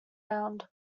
round